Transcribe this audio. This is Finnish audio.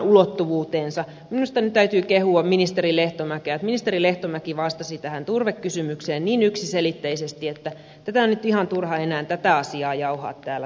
minusta nyt täytyy kehua ministeri lehtomäkeä että ministeri lehtomäki vastasi tähän turvekysymykseen niin yksiselitteisesti että tätä asiaa on nyt ihan turha enää jauhaa täällä salissa